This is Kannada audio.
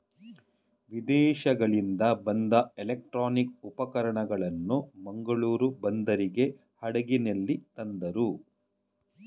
ವಿದೇಶಗಳಿಂದ ಬಂದ ಎಲೆಕ್ಟ್ರಾನಿಕ್ ಉಪಕರಣಗಳನ್ನು ಮಂಗಳೂರು ಬಂದರಿಗೆ ಹಡಗಿನಲ್ಲಿ ತಂದರು